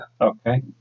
Okay